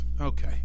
Okay